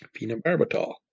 Phenobarbital